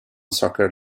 soccer